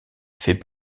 fait